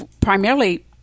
primarily